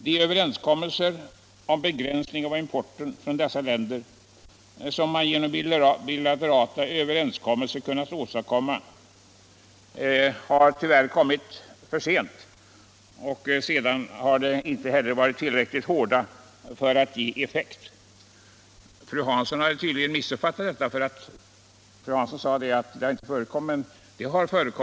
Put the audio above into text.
De överenskommelser om begränsningar av importen från dessa länder som man genom bilaterala överenskommelser kunnat uppnå har tyvärr kommit för sent och de har inte heller varit tillräckligt hårda för att ge effekt. Fru Hansson hade tydligen missuppfattat detta, för hon sade att det inte har förekommit några sådana åtgärder.